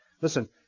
Listen